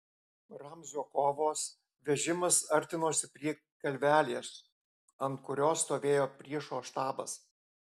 ramzio kovos vežimas artinosi prie kalvelės ant kurios stovėjo priešo štabas